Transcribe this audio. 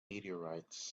meteorites